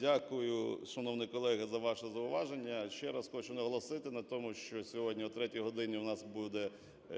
Дякую, шановний колего, за ваше зауваження. Ще раз хочу наголосити на тому, що сьогодні о 3-й годині у нас буде